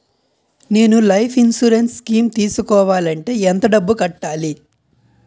నేను life insurance scheme తీసుకోవాలంటే ఎంత డబ్బు కట్టాలి?